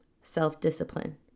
self-discipline